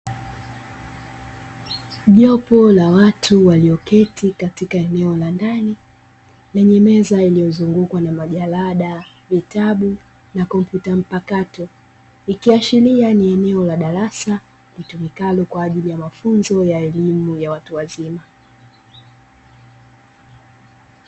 Jopo la watu walioketi katika eneo la ndani lenye meza iliyozungukwa na majalada, vitabu na kompyuta mpakato, ikiashiria ni eneo la darasa litumikalo kwa ajili ya mafunzo ya elimu ya watu wazima.